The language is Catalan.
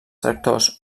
tractors